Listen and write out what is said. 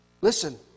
Listen